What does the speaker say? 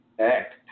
act